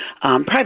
private